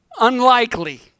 unlikely